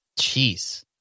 Jeez